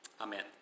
Amen